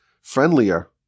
friendlier